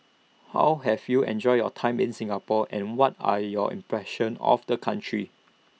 how have you enjoyed your time in Singapore and what are your impressions of the country